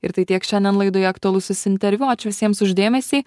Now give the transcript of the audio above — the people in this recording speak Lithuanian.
ir tai tiek šiandien laidoje aktualusis interviu ačiū visiems už dėmesį